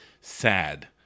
sad